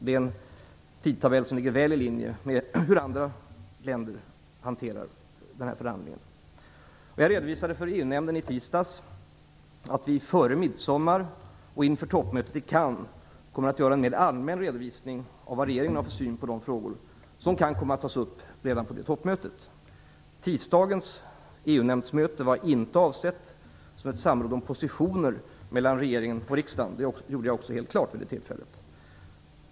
Det är en tidtabell som ligger väl i linje med hur andra länder hanterar denna förhandling. Jag redovisade för EU-nämnden i tisdags att vi före midsommar och inför toppmötet i Cannes kommer att göra en mer allmän redovisning av vad regeringen har för syn på de frågor som kan komma att tas upp redan på det toppmötet. Tisdagens EU-nämndsmöte var inte avsett som ett samråd om positioner mellan regeringen och riksdagen. Det gjorde jag också helt klart vid det tillfället.